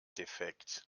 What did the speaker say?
defekt